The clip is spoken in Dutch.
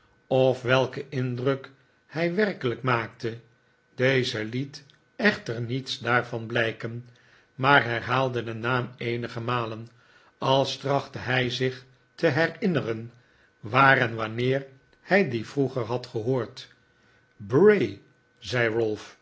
of welken indruk hij werkelijk maakte deze liet echter niets daarvan blijken maar lierhaalde den naam eenige malen als trachtte hij zich te herinneren waar en wanneer hij dien vroeger had gehoord bray zei